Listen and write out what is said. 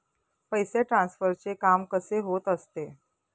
पैसे ट्रान्सफरचे काम कसे होत असते?